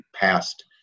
passed